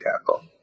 tackle